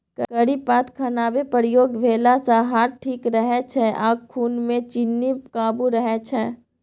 करी पात खानामे प्रयोग भेलासँ हार्ट ठीक रहै छै आ खुनमे चीन्नी काबू रहय छै